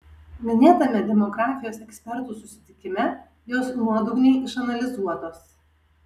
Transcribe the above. minėtame demografijos ekspertų susitikime jos nuodugniai išanalizuotos